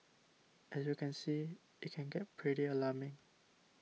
as you can see it can get pretty alarming